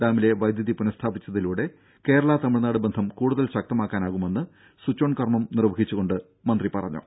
ഡാമിലെ വൈദ്യുതി പുനസ്ഥാപിച്ചതിലൂടെ കേരള തമിഴ്നാട് ബന്ധം കൂടുതൽ ശക്തമാക്കാനാകുമെന്ന് സ്വിച്ച്ഓൺ കർമ്മം നിർവഹിച്ചുകൊണ്ട് മന്ത്രി പറഞ്ഞു